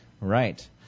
Right